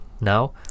now